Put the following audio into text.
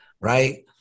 right